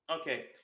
okay